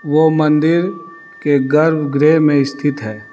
वो मंदिर के गर्भगृह में स्थित है